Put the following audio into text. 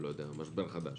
משבר חדש